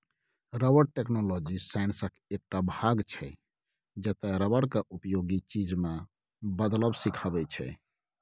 rubber technology साइंसक एकटा भाग छै जतय रबर केँ उपयोगी चीज मे बदलब सीखाबै छै